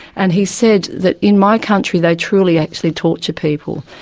and he said that, in my country they truly actually torture people,